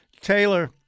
Taylor